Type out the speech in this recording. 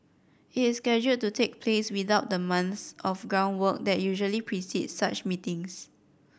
it is scheduled to take place without the months of groundwork that usually precedes such meetings